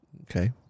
Okay